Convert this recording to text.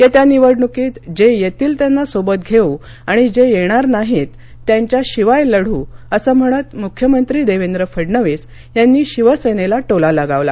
येत्या निवडणुकीत जे येतील त्यांना सोबत घेऊ आणि जे येणार नाहीत त्यांच्याशिवाय लढू असे म्हणत मुख्यमंत्री देवेंद्र फडणवीस यांनी शिवसेनेला टोला लगावला